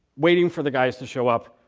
waiting for the guys to show up,